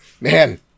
man